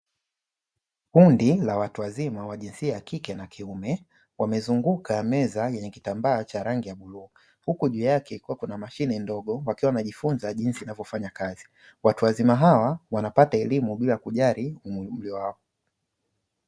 Kundi la watu wazima wa jinsia ya kike na kiume, wamezunguka meza yenye kitambaa cha rangi ya bluu huku juu yake kukiwa kuna mashine ndogo, wakiwa wanajifunza jinsi inavyofanya kazi. Watu wazima hawa wanapata elimu bila kujali umri wao.